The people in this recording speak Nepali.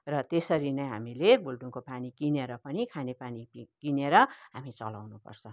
र त्यसरी नै हामीले भुल्डुङको पानी किनेर पनि खाने पानी किनेर हामी चलाउनु पर्छ